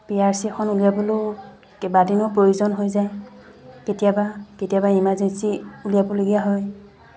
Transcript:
P R C এখন উলিয়াবলৈয়ো কেইবাদিনৰো প্ৰয়োজন হৈ যায় কেতিয়াবা কেতিয়াবা ইমাৰ্জেঞ্চি উলিয়াবলগীয়া হয়